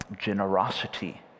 generosity